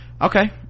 okay